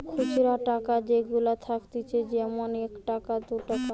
খুচরা টাকা যেগুলা থাকতিছে যেমন এক টাকা, দু টাকা